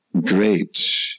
great